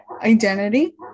identity